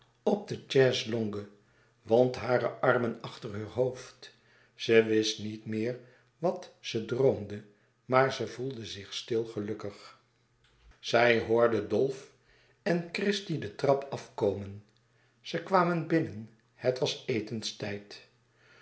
op de chaise-longue wond hare armen achter heur hoofd ze wist niet meer wat ze droomde maar ze voelde zich stil gelukkig zij hoorde dolf en christie de trap afkomen ze kwamen binnen het was etenstijd